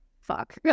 fuck